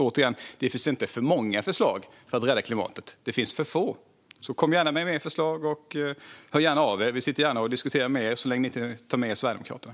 Återigen: Det finns inte för många förslag om hur vi ska rädda klimatet, utan det finns för få. Hör gärna av er med fler förslag! Vi sitter gärna och diskuterar med er så länge ni inte tar med er Sverigedemokraterna.